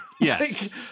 yes